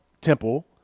temple